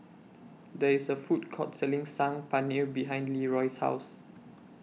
There IS A Food Court Selling Saag Paneer behind Leeroy's House